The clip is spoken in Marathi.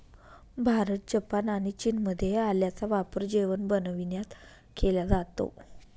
भारत, जपान आणि चीनमध्ये आल्याचा वापर जेवण बनविण्यात केला जातो